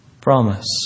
promise